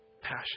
passion